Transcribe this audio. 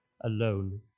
alone